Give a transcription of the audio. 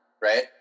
right